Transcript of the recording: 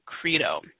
credo